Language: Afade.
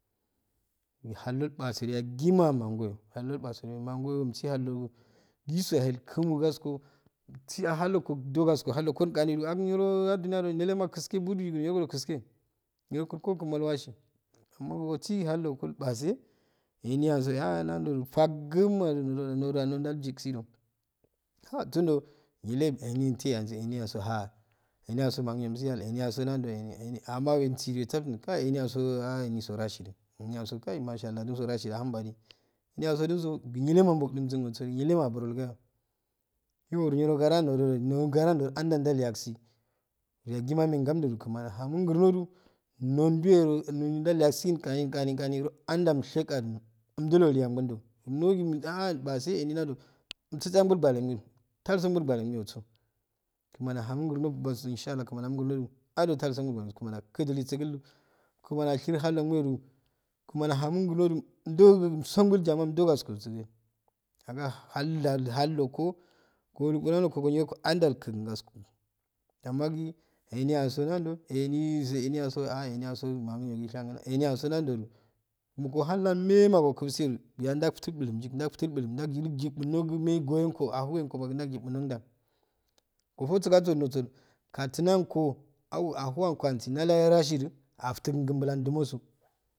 Halddo ilpasedo yagima amangoyo halddo ilpasedo wemangogo go umsi hallo jisu yahey ilkumo gaskko tso halloh koh duwo gaskko hallogu gani agi nga duniyado niloma kiske bud dige nironiro kiske nibo kur gogumal ilwasi ammo gogi halloh kol ilpase emiyaso aha nando faguma nda nda ndalngugu do haa gunuddo niyue eni intte ansi eniyaso haa eniyaso manginyyo enyago nando eni amawengu essoffuh kayi eniyaso ah eniso raghidu eniyaso kayi majliallah eniso mashallah ahun badi eniyago duk nilema bugugundogo nillema aburol ggayo iyo niro ngara ndo dodo nino ngara ndo dodo anda ndalya si yaguma amehe nganiddu yuk kmani ahamo ngurunaro to nonnduwoo ndalyasiu aan ngausdo amdashegani imdilolu angul ddo miro gani ahah ilpaseh en nando umsose angol gwanenguko talsugolgwaneugumo so kmani ahamo umgurnno basu insshallah kmani ahonno imgumno halloh talsongolgwangurno so kmani akuduse gul kmani ahsharehhe hollongodo kmani ahomo ngunnodo umdogo umsongol jamaa umdogol hallkodisa aga halla hilogo gohun lukuna ulka go hallda ikeku kasko amma gi eniya so nando eniso ah emgo ahh emiyaso maiginyyo shai emiyago nardodo mugo hallahmen ma gokilgi biya ndwtu bulum yuk ndawtu bulum ndaw doni yuk nogu megu wengo ahuwengo ga ndawti bulum ndawita buluma da ohusi gasko nogo katunanyango aww ahwankko ansi mala aya rashudu aftu n kn bulan dumo so.